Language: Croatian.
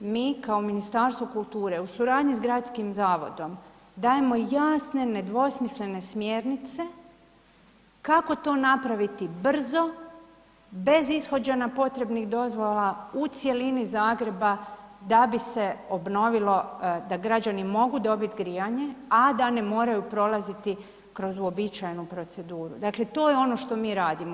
Mi kao Ministarstvo kulture u suradnji sa gradskim zavodom dajemo jasne, nedvosmislene smjernice kako to napraviti brzo, bez ishođenja potrebnih dozvola u cjelini Zagreba da bi se obnovilo da građani mogu dobiti grijanje, a da ne moraju prolaziti kroz uobičajenu proceduru, dakle to je ono što mi radimo.